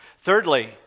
Thirdly